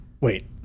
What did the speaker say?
wait